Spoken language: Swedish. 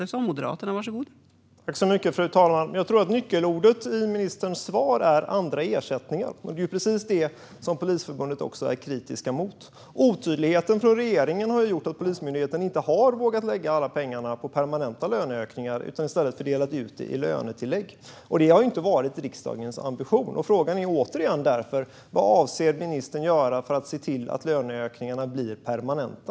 Fru talman! Jag tror att nyckelordet i ministerns svar är "andra ersättningar". Det är precis det som Polisförbundet är kritiska mot. Otydligheten från regeringen har gjort att Polismyndigheten inte har vågat lägga alla pengar på permanenta löneökningar utan i stället fördelat ut dem i lönetillägg. Det har inte varit riksdagens ambition, och frågan är därför återigen: Vad avser ministern att göra för att se till att löneökningarna blir permanenta?